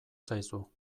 zaizu